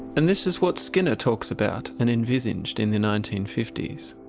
and this is what skinner talks about and envisaged in the nineteen fifty s.